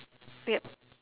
yup